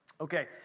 Okay